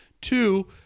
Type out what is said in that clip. Two